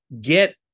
get